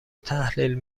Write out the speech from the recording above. تحلیل